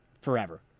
forever